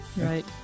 Right